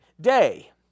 day